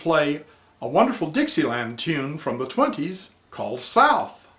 play a wonderful dixieland tune from the twenty's called south